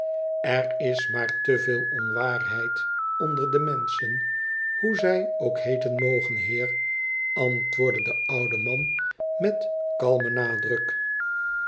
er is maar te veel onvaarheid onder de menschen hoe zij ook heeten mogen heer antwoordde de oude man met kalmen nadruk